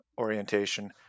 orientation